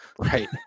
right